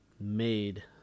made